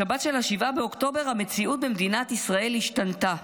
בשבת של 7 באוקטובר המציאות במדינת ישראל השתנתה.